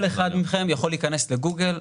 כל אחד מכם יכול להיכנס לגוגל,